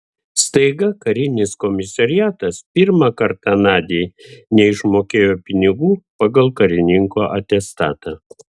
staiga karinis komisariatas pirmą kartą nadiai neišmokėjo pinigų pagal karininko atestatą